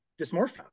dysmorphia